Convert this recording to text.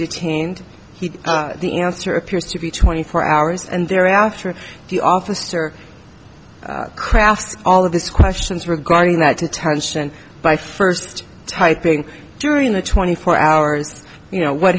detained he the answer appears to be twenty four hours and thereafter the officer craft all of this questions regarding that detention by first typing during the twenty four hours you know what